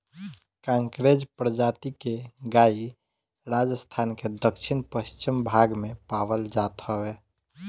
कांकरेज प्रजाति के गाई राजस्थान के दक्षिण पश्चिम भाग में पावल जात हवे